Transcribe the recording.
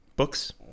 Books